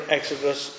Exodus